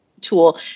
tool